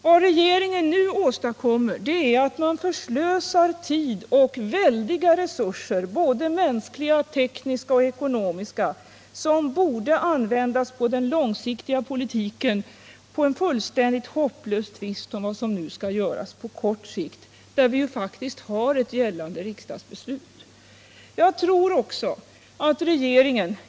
Vad regeringen nu åstadkommer är att man förslösar tid och väldiga resurser, såväl mänskliga som tekniska och ekonomiska, som borde användas för den långsiktiga politiken, på en fullständigt hopplös tvist om vad som nu skall göras på kort sikt, där det ju faktiskt finns ett gällande riksdagsbeslut.